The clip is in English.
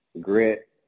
grit